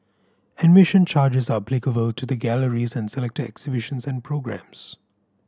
admission charges are applicable to the galleries and selected exhibitions and programmes